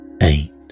eight